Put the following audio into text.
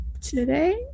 today